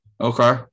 Okay